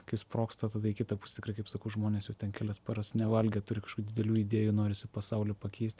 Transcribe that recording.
kai sprogsta tada į kitą pusę tikrai kaip sakau žmonės jau ten kelias paras nevalgę turi kažkokių didelių idėjų norisi pasaulį pakeist